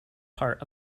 part